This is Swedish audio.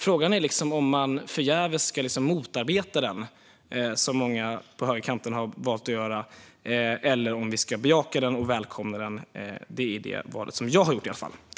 Frågan är om man förgäves ska motarbeta den, som många på högerkanten har valt att göra, eller om man ska bejaka den och välkomna den, vilket är det val som jag har gjort.